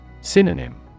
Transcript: Synonym